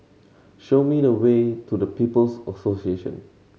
show me the way to the People's Association